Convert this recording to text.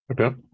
okay